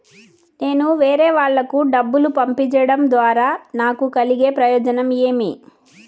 నేను వేరేవాళ్లకు డబ్బులు పంపించడం ద్వారా నాకు కలిగే ప్రయోజనం ఏమి?